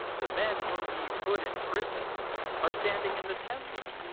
the men whom ye put in prison are standing in the temple,